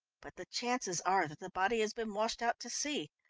but the chances are that the body has been washed out to sea.